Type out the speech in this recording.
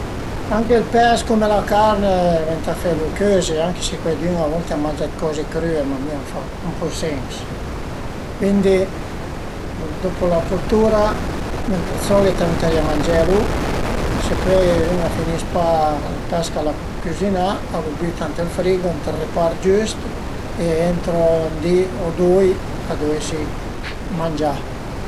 Anche ël pes cume la carn ëntà felu cözi anche se cuaidün a volte a mangià d'coze crüe, ma a mi a m'fa ën po sens, cuindi dopu la cottura d'solit ëntërìa mangelu, se pöi ün a finis pa ël pes ch'al a cüzinà a lu büta ënt ël frigo, ënt ël repart giüst e entro ën di o dui a deu esi mangià